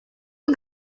тут